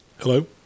Hello